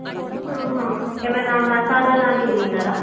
ఏమైనా మసాలా లాంటివి తిన్నారా